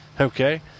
Okay